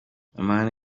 amahame